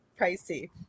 pricey